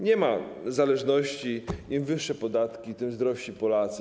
Nie ma zależności: im wyższe podatki, tym zdrowsi Polacy.